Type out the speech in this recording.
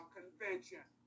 Convention